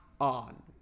On